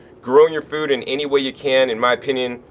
growing your food in any way you can in my opinion,